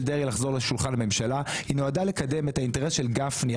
דרעי לחזור לשולחן הממשלה והיא נועדה לקדם את האינטרס של גפני.